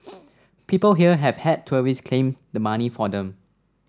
people here have had tourists claim the money for them